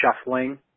shuffling